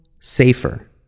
safer